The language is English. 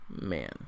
man